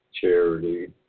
charity